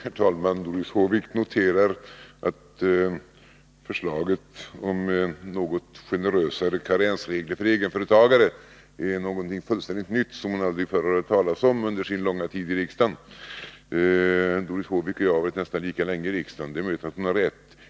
Herr talman! Doris Håvik noterar att förslaget om något generösare karensregler för egenföretagare är någonting fullständigt nytt som hon aldrig förr hört talas om under sin långa tid i riksdagen. Doris Håvik och jag har varit nästan lika länge i riksdagen. Det är möjligt att hon har rätt.